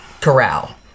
corral